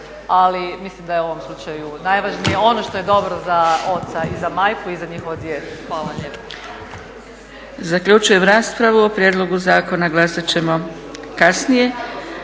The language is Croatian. Ali mislim da je u ovom slučaju najvažnije ono što je dobro za oca i za majku i za njihovo dijete. Hvala lijepa.